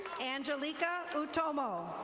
angelica utomo.